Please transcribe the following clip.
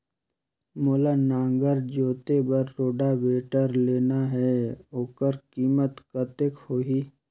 मोला नागर जोते बार रोटावेटर लेना हे ओकर कीमत कतेक होही?